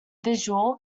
visual